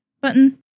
button